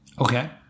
Okay